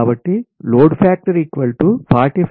కాబట్టి load factor LF 45662800